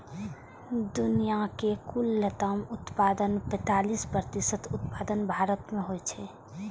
दुनियाक कुल लताम उत्पादनक पैंतालीस प्रतिशत उत्पादन भारत मे होइ छै